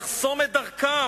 לחסום את דרכם.